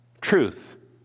truth